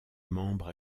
membre